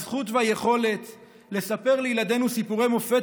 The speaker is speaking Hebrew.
הזכות והיכולת לספר לילדינו סיפורי מופת